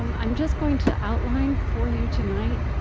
um i'm just going to outline for you tonight